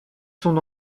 son